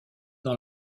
dans